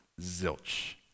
zilch